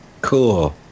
Cool